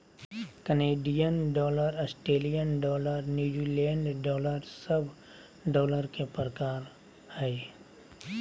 Canadian dollar, Australian dollar, New Zealand dollar सब dollar के प्रकार हय